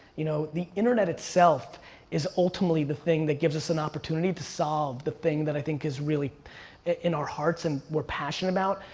you know, the internet itself is ultimately the thing that gives us an opportunity to solve the thing that i think is really in our hearts and we're passionate about.